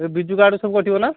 ସେଇ ବିଜୁ କାର୍ଡ଼ ରୁ ସବୁ କଟିବ ନା